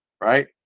Right